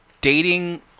dating